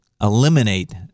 eliminate